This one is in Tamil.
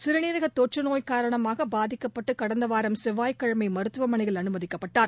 சிறுநீரக நோய்தொற்று காரணமாக பாதிக்கப்பட்டு கடந்த வாரம் செவ்வாய் கிழமை மருத்துவமனையில் அனுமதிக்கப்பட்டார்